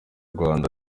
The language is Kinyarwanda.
rwanda